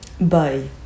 Bye